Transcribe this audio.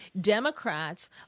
Democrats